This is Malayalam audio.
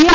എം